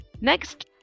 Next